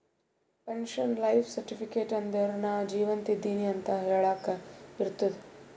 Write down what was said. pension life certificate ಅಂದುರ್ ನಾ ಜೀವಂತ ಇದ್ದಿನ್ ಅಂತ ಹೆಳಾಕ್ ಇರ್ತುದ್